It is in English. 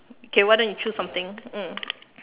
okay why don't you choose something mm